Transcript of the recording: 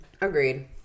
Agreed